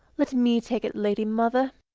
let me take it, lady mother!